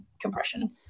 compression